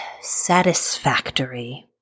satisfactory